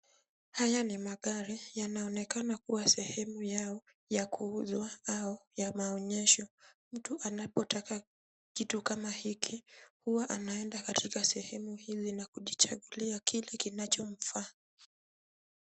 Haya ni magari. Yanaonekana kuwa sehemu yao ya kuuzwa au ya maonyesho. Mtu anapotaka kitu kama hiki huwa anaenda katika sehemu hii na kujichagulia kile kinachomfaa.